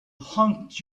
haunt